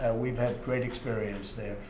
and we've had great experience there.